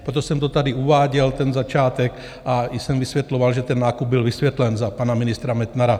Proto jsem to tady uváděl, ten začátek, a i jsem vysvětloval, že ten nákup byl vysvětlen za pana ministra Metnara.